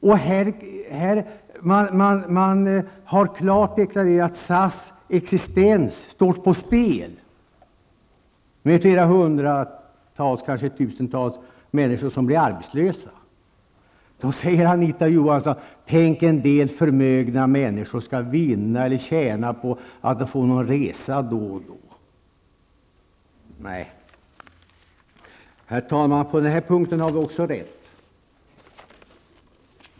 Det har klart deklarerats att SAS existens står på spel. Flera hundratals, kanske tusentals, människor kan bli arbetslösa. Då säger Anita Johansson att en del förmögna människor kan vinna eller tjäna på att de kan få resa då och då. Herr talman! På den här punkten har vi moderater också rätt.